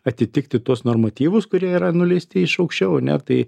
atitikti tuos normatyvus kurie yra nuleisti iš aukščiau ane tai